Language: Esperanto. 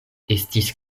estis